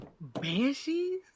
Banshees